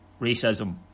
Racism